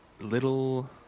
little